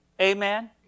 Amen